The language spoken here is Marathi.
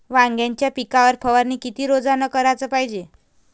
वांग्याच्या पिकावर फवारनी किती रोजानं कराच पायजे?